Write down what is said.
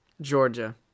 Georgia